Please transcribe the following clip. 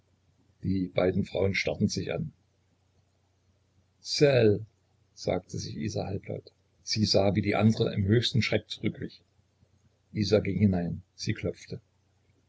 die beiden frauen starrten sich an c'est elle sagte sich isa halblaut sie sah wie die andere im höchsten schreck zurückwich isa ging hinein sie klopfte